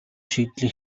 шийдлээ